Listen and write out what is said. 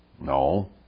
No